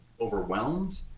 overwhelmed